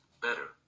better